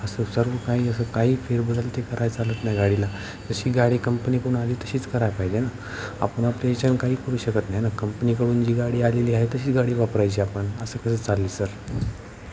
असं सर्व काही असं काही फेरबदल ते करायला चालत नाही गाडीला जशी गाडी कंपनीकडून आली तशीच करायला पाहिजे ना आपण आपल्या याच्याने काही करू शकत नाही ना कंपनीकडून जी गाडी आलेली आहे तशीच गाडी वापरायची आपण असं कसं चालले सर